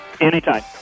Anytime